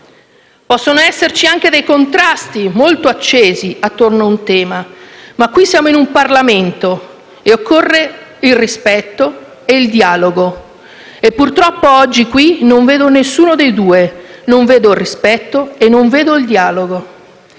Possono esserci anche dei contrasti molto accesi attorno ad un tema, ma qui siamo in Parlamento e occorrono rispetto e dialogo, ma purtroppo oggi, qui, non vedo nessuno dei due: non vedo il rispetto e non vedo il dialogo.